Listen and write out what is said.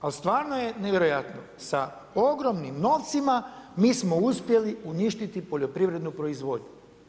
Ali stvarno je nevjerojatno, sa ogromnim novcima, mi smo uspjeli uništiti poljoprivrednu proizvodnju.